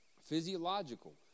Physiological